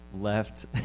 left